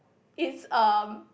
is um